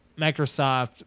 Microsoft